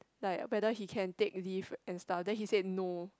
like whether he can take leave and stuff then he said no